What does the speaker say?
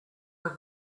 have